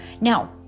Now